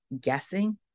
guessing